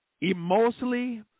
emotionally